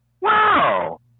Wow